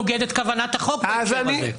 הורים לנכים שזה מבצע בלתי רגיל,